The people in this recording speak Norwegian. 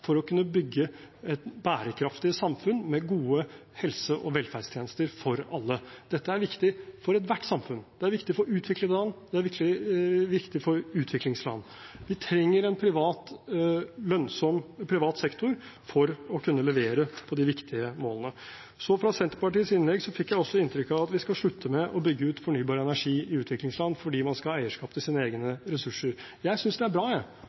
for å kunne bygge et bærekraftig samfunn med gode helse- og velferdstjenester for alle. Dette er viktig for ethvert samfunn. Det er viktig for utviklede land, og det er viktig for utviklingsland. Vi trenger en lønnsom privat sektor for å kunne levere på de viktige målene. Fra Senterpartiets innlegg fikk jeg også inntrykk av at vi skal slutte med å bygge ut fornybar energi i utviklingsland fordi man skal ha eierskap til sine egne ressurser. Jeg synes det er bra, jeg,